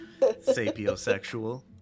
Sapiosexual